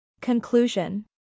Conclusion